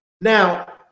Now